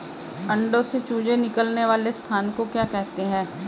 अंडों से चूजे निकलने वाले स्थान को क्या कहते हैं?